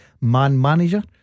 man-manager